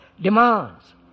demands